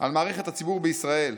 על מערכת הציבור בישראל.